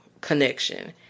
connection